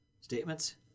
statements